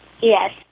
Yes